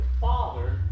father